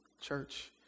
church